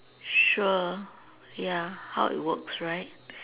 sure ya how it works right